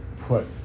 put